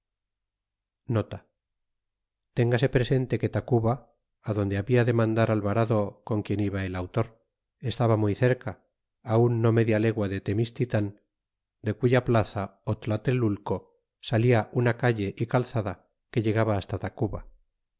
téngase presente que tacuba adonde habia de mandar alvarado con quien iba el autor estaba muy cerca aun no media legua de temixtitan de cuya plaza tlatelulco salta una calle y calzada que llegaba basta tacuba